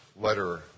letter